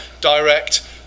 direct